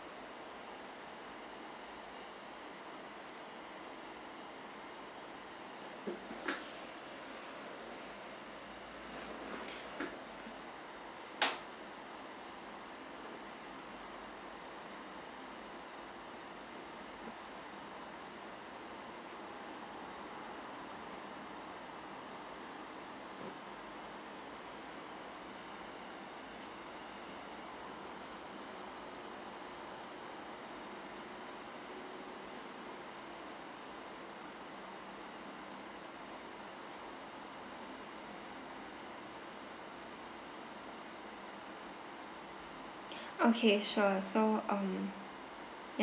okay sure so um